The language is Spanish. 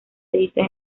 edita